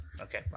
Okay